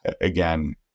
again